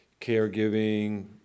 caregiving